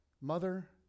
Mother